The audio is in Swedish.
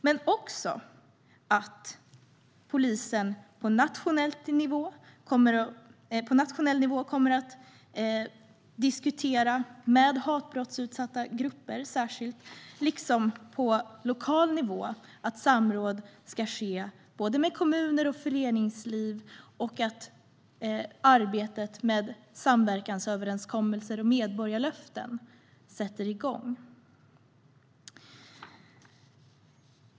Det gläder mig också att polisen på nationell nivå ska diskutera med hatbrottsutsatta grupper, att samråd ska ske på lokal nivå med kommuner och föreningsliv och att arbetet med samverkansöverenskommelser och medborgarlöften sätter igång.